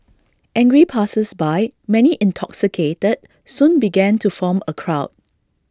angry passersby many intoxicated soon began to form A crowd